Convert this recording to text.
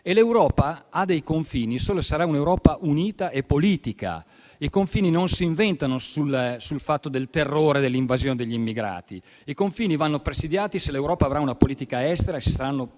L'Europa ha dei confini, solo se sarà un'Europa unita e politica. I confini non si inventano sulla base del terrore dell'invasione degli immigrati. I confini vanno presidiati, se l'Europa avrà una politica estera e ci sarà una politica